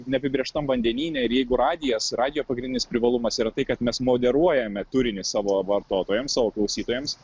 neapibrėžtam vandenyne ir jeigu radijas radijo pagrindinis privalumas yra tai kad mes moderuojame turinį savo vartotojams savo klausytojams